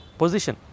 position